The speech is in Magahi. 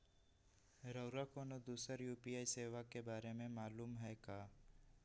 रउरा कोनो दोसर यू.पी.आई सेवा के बारे मे मालुम हए का?